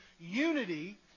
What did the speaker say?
unity